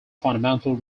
fundamental